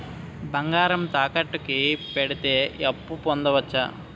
బంగారం తాకట్టు కి పెడితే అప్పు పొందవచ్చ?